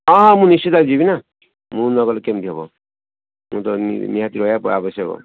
ହଁ ହଁ ମୁଁ ନିଶ୍ଚିତ ଯିବିନା ମୁଁ ନ ଗଲେ କେମିତି ହେବ ମୁଁ ତ ନିହାତି ରହିବାକୁ ଆବଶ୍ୟକ